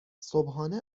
صبحانه